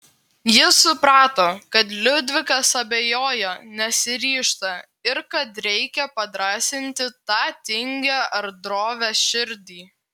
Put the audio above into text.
ji suprato kad liudvikas abejoja nesiryžta ir kad reikia padrąsinti tą tingią ar drovią širdį